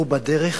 הוא בדרך,